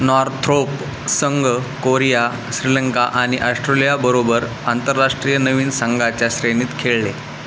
Northrop संघ Korea Sri Lanka आणि ऑस्ट्रेलियाबरोबर आंतरराष्ट्रीय नवीन संघाच्या श्रेणीत खेळले